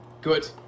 Good